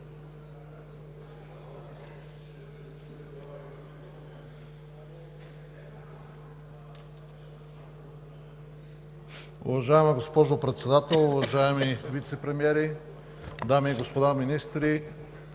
Уважаема госпожо Председател, уважаеми вицепремиери, дами и господа министри,